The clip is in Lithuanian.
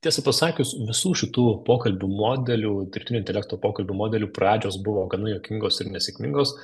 tiesą pasakius visų šitų pokalbių modelių dirbtinio intelekto pokalbių modelių pradžios buvo gana juokingos ir nesėkmingos